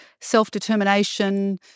self-determination